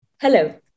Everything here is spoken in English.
Hello